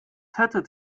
hättet